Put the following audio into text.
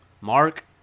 Mark